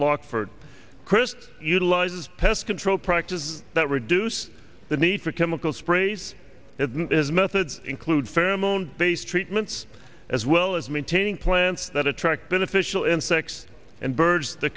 lot for crist utilizes pest control practices that reduce the need for chemical sprays it is methods include pheromone based treatments as well as maintaining plants that attracted official insects and birds th